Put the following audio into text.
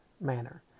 manner